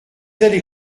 allez